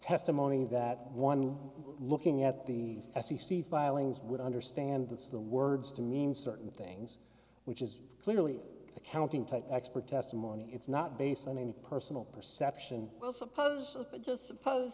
testimony that one looking at the f c c filings would understand the words to mean certain things which is clearly accounting to expert testimony it's not based on any personal perception well suppose just suppose